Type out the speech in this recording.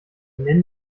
nennen